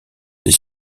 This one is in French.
des